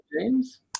james